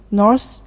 north